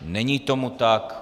Není tomu tak.